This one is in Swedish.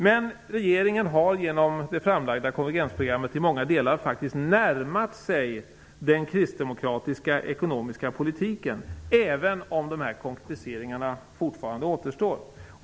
Men regeringen har genom det framlagda konvergensprogrammet i många delar faktiskt närmat sig den kristdemokratiska ekonomiska politiken, även om konkretiseringarna fortfarande återstår.